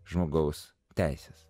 žmogaus teises